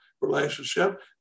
relationship